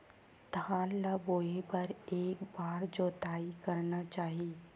धान ल बोए बर के बार जोताई करना चाही?